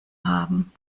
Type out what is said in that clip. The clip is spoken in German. haben